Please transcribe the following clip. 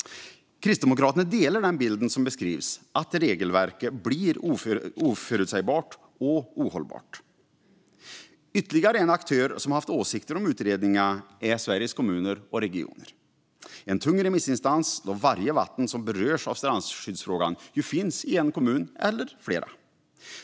Kristdemokraterna delar den bild som beskrivs, nämligen att regelverket blir oförutsägbart och ohållbart. Ytterligare en aktör som haft åsikter om utredningen är Sveriges Kommuner och Regioner, en tung remissinstans då varje vatten som berörs av strandskyddsfrågan finns i en eller flera kommuner.